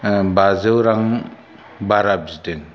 बाजौ रां बारा बिदों